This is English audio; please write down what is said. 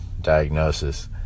diagnosis